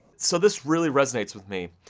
so this really resonates with me.